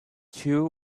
two